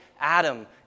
Adam